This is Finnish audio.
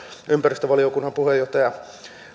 ympäristövaliokunnan puheenjohtaja